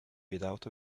without